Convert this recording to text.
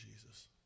Jesus